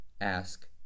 Ask